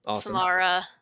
Samara